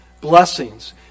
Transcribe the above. blessings